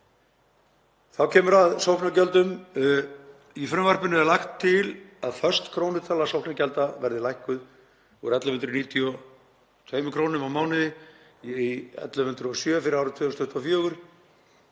Þá kemur að sóknargjöldum. Í frumvarpinu er lagt til að föst krónutala sóknargjalda verði lækkuð úr 1.192 kr. á mánuði í 1.107 kr. fyrir árið 2024.